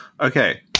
Okay